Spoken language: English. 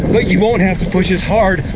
but you won't have to push as hard,